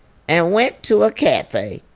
and went to a cafe,